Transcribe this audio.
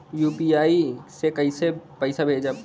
UPI से कईसे पैसा भेजब?